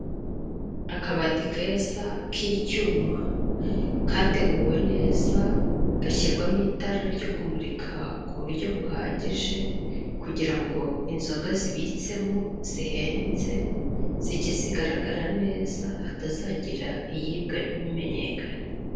Akabati keza k'icyuma kateguwe neza ugashyirwamo itara ryo kumurika ku buryo buhagije kugira ngo inzoga zibitsemo zihenze zijye zigaragara neza hatazagira iyibwa ntibimenyekane